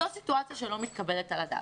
זאת סיטואציה שלא מתקבלת על הדעת.